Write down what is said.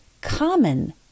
common